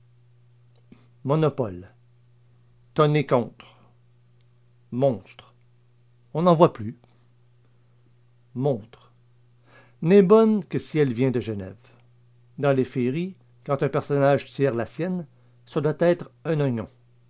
monopole tonner contre monstres on n'en voit plus montre n'est bonne que si elle vient de genève dans les féeries quand un personnage tire la sienne ce doit être un oignon